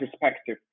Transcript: perspective